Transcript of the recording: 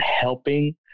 helping